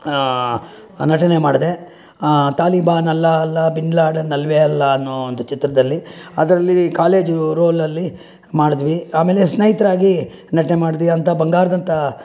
ನಟನೆ ಮಾಡಿದೆ ತಾಲಿಬಾನ್ ಅಲ್ಲ ಅಲ್ಲ ಬಿನ್ ಲ್ಯಾಡನ್ ಅಲ್ವೇ ಅಲ್ಲ ಅನ್ನೋ ಒಂದು ಚಿತ್ರದಲ್ಲಿ ಅದರಲ್ಲಿ ಕಾಲೇಜು ರೋಲಲ್ಲಿ ಮಾಡಿದ್ವಿ ಆಮೇಲೆ ಸ್ನೇಹಿತರಾಗಿ ನಟನೆ ಮಾಡಿದ್ವಿ ಅಂತಹ ಬಂಗಾರದಂಥ